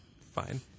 Fine